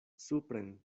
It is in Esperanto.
supren